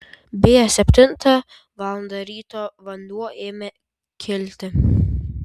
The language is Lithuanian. beje septintą valandą ryto vanduo ėmė kilti